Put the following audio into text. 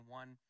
one